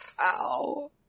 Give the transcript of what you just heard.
ow